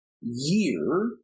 year